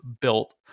built